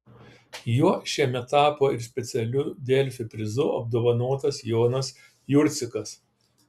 juo šiemet tapo ir specialiu delfi prizu apdovanotas jonas jurcikas